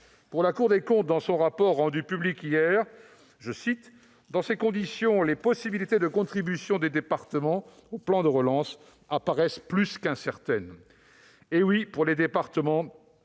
pays. La Cour des comptes estime, dans son rapport rendu public hier, que, « dans ces conditions, les possibilités de contribution des départements au plan de relance apparaissent plus qu'incertaines ».